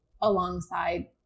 alongside